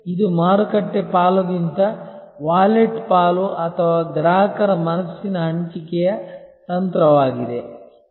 ಇದು ಮಾರುಕಟ್ಟೆ ಪಾಲುಗಿಂತ ವಾಲೆಟ್ ಪಾಲು ಅಥವಾ ಗ್ರಾಹಕರ ಮನಸ್ಸಿನ ಹಂಚಿಕೆಯ ತಂತ್ರವಾಗಿದೆ